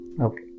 okay